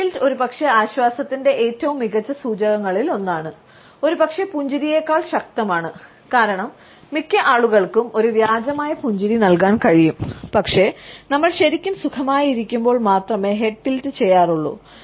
head tilt ഒരുപക്ഷേ ആശ്വാസത്തിന്റെ ഏറ്റവും മികച്ച സൂചകങ്ങളിലൊന്നാണ് ഒരുപക്ഷേ ഒരു പുഞ്ചിരിയേക്കാൾ ശക്തമാണ് കാരണം മിക്ക ആളുകൾക്കും ഒരു വ്യാജമായ പുഞ്ചിരി നൽകാൻ കഴിയും പക്ഷേ നമ്മൾ ശരിക്കും സുഖമായിരിക്കുമ്പോൾ മാത്രമേ ഹെഡ് ടിൽറ്റ് ചെയ്യാറുള്ളൂ